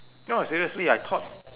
no seriously I taught